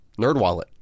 NerdWallet